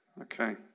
Okay